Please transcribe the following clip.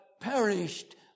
perished